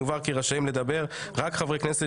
יובהר כי רשאים לדבר רק חברי כנסת